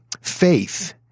faith